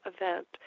event